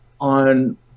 on